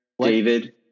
david